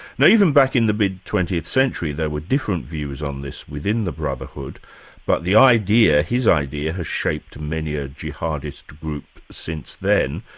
now even back in the mid twentieth century there were different views on this within the brotherhood but the idea, his idea, has shaped many a jihadist group since then.